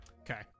Okay